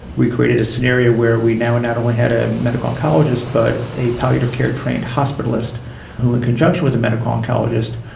we created a scenario where we now not only had a medical oncologist but a palliative care trained hospitalist who, in conjunction with a medical oncologist,